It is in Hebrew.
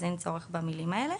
אז אין צורך במילים האלה.